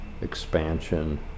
expansion